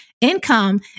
income